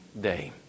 day